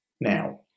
Now